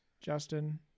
Justin